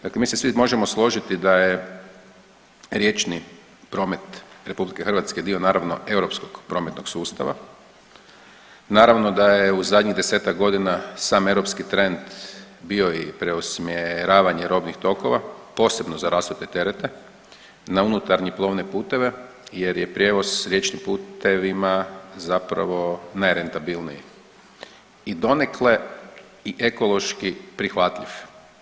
Dakle, mi se svi možemo složiti da je riječni promet RH dio naravno europskog prometnog sustava, naravno da je u zadnjih 10-tak godina sam europski trend bio i usmjeravanje robnih tokova, posebno za rasute terete na unutarnje plovne puteve jer je prijevoz riječnim putevima zapravo najrentabilniji i donekle i ekološki prihvatljiv.